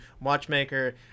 watchmaker